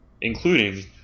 Including